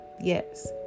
Yes